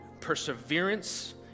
perseverance